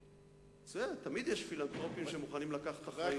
בסדר, תמיד יש פילנתרופים שמוכנים לקחת אחריות.